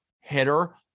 hitter